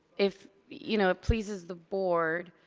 if, you know it pleases the board.